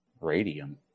Radium